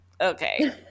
Okay